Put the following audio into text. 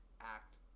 act